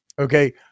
okay